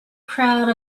crowd